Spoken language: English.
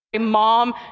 mom